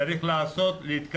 לא סמכות, צריך לעשות ולהתקדם.